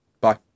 bye